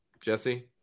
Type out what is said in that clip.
Jesse